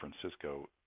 Francisco